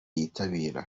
yitabira